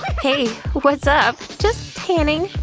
hey, what's up? just tanning.